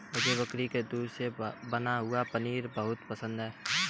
मुझे बकरी के दूध से बना हुआ पनीर बहुत पसंद है